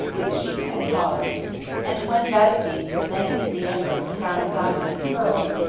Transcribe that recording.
with sheep and hogs and when vataces presented to the empress a crown of diamonds and pearls,